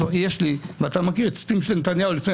לתיאור אתה מכיר --- של נתניהו לפני